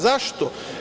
Zašto?